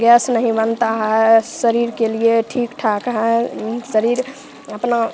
gas नहीं बनता है शरीर के लिए ठीक ठाक हैं शरीर अपना